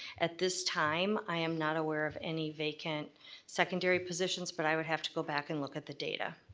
at this time, i am not aware of any vacant secondary positions but i would have to go back and look at the data.